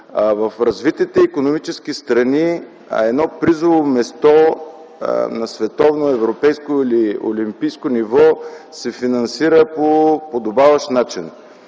В развитите икономически страни едно призово място на световно, европейско или олимпийско ниво се финансира по подобаващ начин.